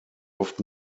oft